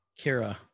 Kira